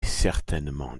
certainement